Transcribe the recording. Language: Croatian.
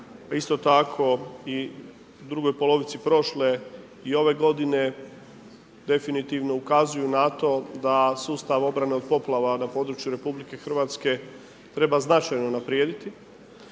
isto tako i drugoj polovici prošle i ove godine, definitivno ukazuju na to da sustav obrane od poplava na području RH treba značajno unaprijediti.